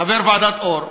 חבר ועדת אור,